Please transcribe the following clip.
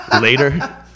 later